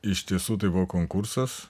iš tiesų tai buvo konkursas